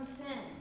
sin